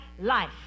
life